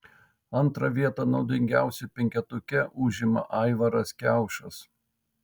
antrą vietą naudingiausių penketuke užima aivaras kiaušas